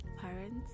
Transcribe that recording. parents